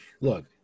look